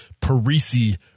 Parisi